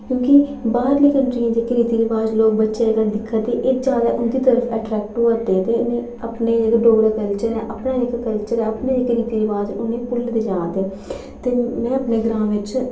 क्योंकि बाह्रलियां कंट्रियां जेह्कियां रीति रवाज बच्चे अजकल दिक्खा देएह् जादै उंदी साइड अट्रैक्टहोआ दे अपने जेह्का डोगरा कल्चर ऐअपना इक कल्चर ऐ अपना इक रीति रवाज ऐ उ'नें